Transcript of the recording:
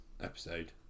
episode